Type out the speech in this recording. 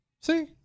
see